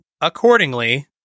accordingly